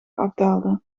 afdaalde